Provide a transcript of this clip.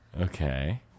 Okay